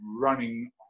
running